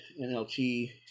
NLT